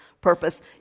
purpose